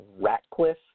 Ratcliffe